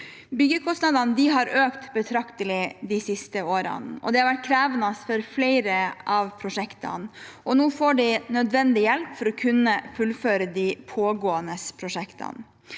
Byggekostnadene har økt betraktelig de siste årene, og det har vært krevende for flere av prosjektene. Nå får de nødvendig hjelp for å kunne fullføre de pågående prosjektene.